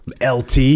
lt